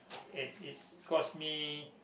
it is cost me